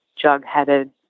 jug-headed